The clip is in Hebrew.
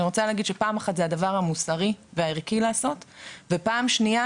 זה הדבר המוסרי והערכי לעשות ושנית,